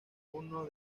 uno